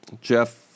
Jeff